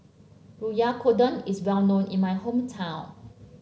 Oyakodon is well known in my hometown